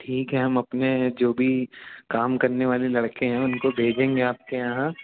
ठीक है हम अपने जो भी काम करने वाले लड़के हैं उनको भेजेंगे आपके यहाँ